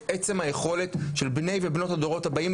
ואת עצם היכולת של בני ובני הדורות הבאים,